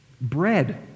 bread